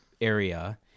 area